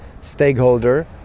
stakeholder